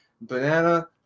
Banana